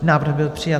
Návrh byl přijat.